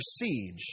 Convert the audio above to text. siege